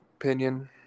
opinion